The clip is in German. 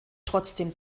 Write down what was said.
trotzdem